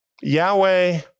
Yahweh